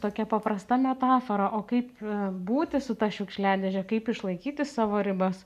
tokia paprasta metafora o kaip būti su ta šiukšliadėžė kaip išlaikyti savo ribas